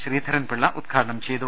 ശ്രീധർൻപിള്ള ഉദ്ഘാ ടനം ചെയ്തു